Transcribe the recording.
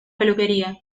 peluquería